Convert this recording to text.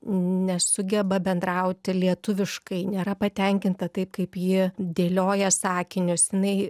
nesugeba bendrauti lietuviškai nėra patenkinta taip kaip ji dėlioja sakinius jinai